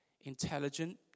intelligent